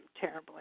terribly